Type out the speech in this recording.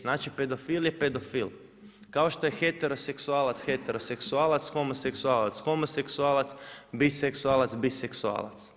Znači pedofil je pedofil, kao što je heteroseksualac heteroseksualac, homoseksualac homoseksualac, biseksualac biseksualac.